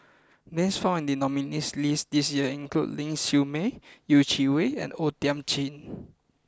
names found in the nominees' list this year include Ling Siew May Yeh Chi Wei and O Thiam Chin